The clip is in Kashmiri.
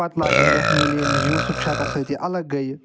پَتہٕ لاجہِ أمۍ لیٚکھنہِ ییٚلہِ أمۍ یوٗسُف چَکَس سۭتۍ یہِ اَلَگ گٔیہِ